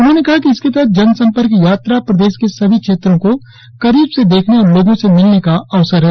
उन्होंने कहा कि इसके तहत जन संपर्क यात्रा प्रदेश के सभी क्षेत्रों को करीब से देखने और लोगों से मिलने का आवसर है